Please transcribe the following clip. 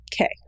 Okay